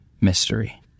mystery